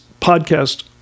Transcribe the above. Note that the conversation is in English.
podcast